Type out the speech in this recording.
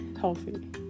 healthy